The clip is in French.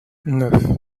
neuf